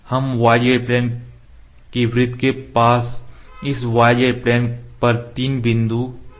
हम yz plane के वृत्त के पास इस yz प्लेन पर तीन बिंदु सिलेक्ट करेंगे